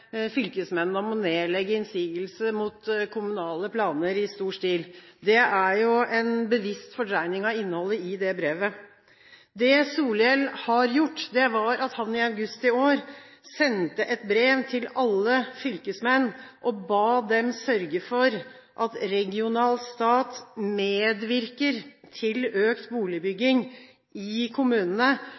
fylkesmennene om å nedlegge innsigelse mot kommunale planer i stor stil. Det er en bevisst fordreining av innholdet i brevet. Det Solhjell har gjort, var at han i august i år sendte et brev til alle fylkesmenn og ba dem sørge for at regional stat medvirker til økt boligbygging i kommunene